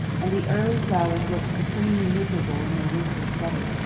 and the early flowers looked supremely miserable in their wintry setting.